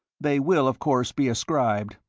they will, of course, be ascribed,